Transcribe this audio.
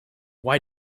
why